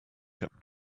kept